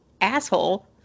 asshole